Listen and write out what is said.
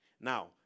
now